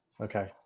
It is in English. Okay